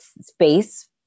space